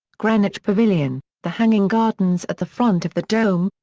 greenwich pavilion, the hanging gardens at the front of the dome,